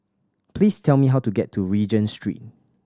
please tell me how to get to Regent Street